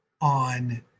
on